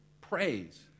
praise